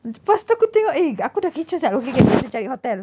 lepas tu aku tengok eh aku dah kecoh sia cari hotel